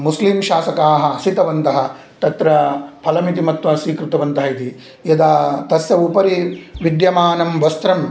मुस्लिं शासकाः हसितवन्तः तत्र फलमिति मत्वा स्वीकृतवन्तः इति यदा तस्य उपरि विद्यमानं वस्त्रं